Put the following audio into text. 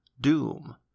doom